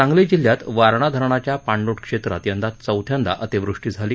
सांगली जिल्ह्यात वारणा धरणाच्या पाणलोट क्षेत्रात यंदा चौथ्यांदा अतिवृष्टी झाली